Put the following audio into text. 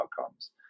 outcomes